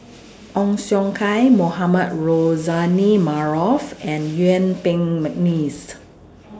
Ong Siong Kai Mohamed Rozani Maarof and Yuen Peng Mcneice